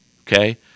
okay